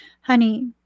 Honey